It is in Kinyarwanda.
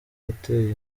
yateye